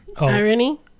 irony